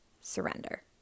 surrender